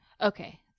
Okay